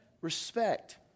respect